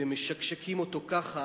ומשקשקים אותו ככה,